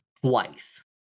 twice